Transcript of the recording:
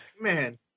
Man